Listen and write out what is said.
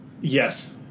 yes